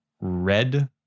red